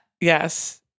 Yes